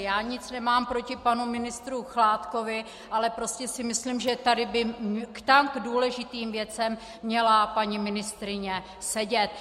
Já nic nemám proti panu ministru Chládkovi, ale prostě si myslím, že tady by k tak důležitým věcem měla paní ministryně sedět.